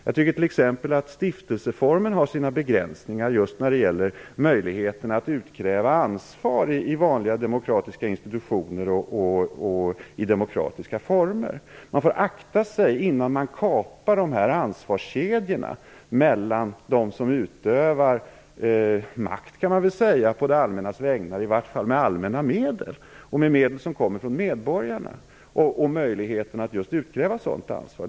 Jag tycker t.ex. att stiftelseformen har sina begränsningar när det gäller möjligheten att utkräva ansvar i vanliga demokratiska institutioner och i demokratiska former. Man får akta sig innan man kapar ansvarskedjorna mellan dem som utövar makt på det allmännas vägnar, i varje fall med allmänna medel och med medel som kommer från medborgarna, och minskar möjligheten att utkräva sådant ansvar.